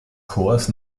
chores